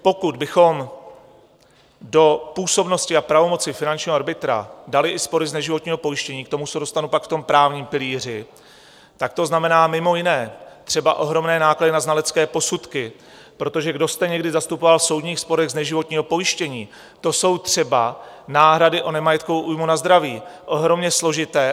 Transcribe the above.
Pokud bychom do působnosti a pravomoci finančního arbitra dali i spory z neživotního pojištění, k tomu se dostanu pak v tom právním pilíři, tak to znamená mimo jiné třeba ohromné náklady na znalecké posudky, protože kdo jste někdy zastupoval v soudních sporech z neživotního pojištění, to jsou třeba náhrady o nemajetkovou újmu na zdraví, ohromně složité.